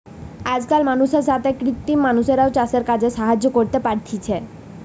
আজকাল মানুষের সাথে কৃত্রিম মানুষরাও চাষের কাজে সাহায্য করতে পারতিছে